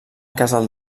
casal